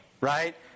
right